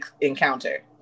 encounter